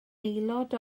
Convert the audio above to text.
aelod